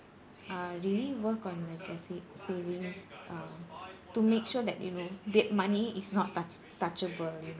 uh really work on the the sa~ savings uh to make sure that you know that money is not tou~ touchable you know